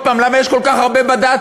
עוד הפעם, למה יש כל כך הרבה בד"צים?